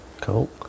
Cool